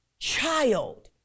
child